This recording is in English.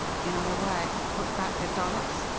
in other words, put back to dollops,